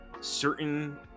certain